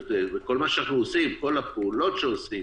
כלומר כל הפעולות שעושים,